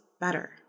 better